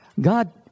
God